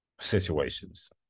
situations